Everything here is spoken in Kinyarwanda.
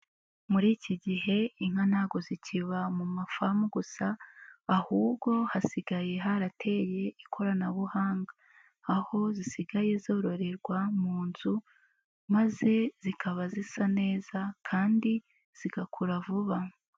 Muri iki gihe inka ntago zikiba mu mafamu gusa ahubwo hasigaye harateye ikoranabuhanga, aho zisigaye zororerwa mu nzu maze zikaba zisa neza kandi zigakura vuba.